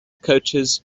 coaches